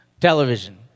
television